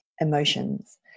emotions